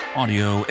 audio